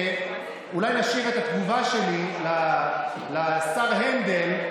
אולי נשאיר את התגובה שלי לשר הנדל,